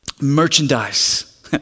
merchandise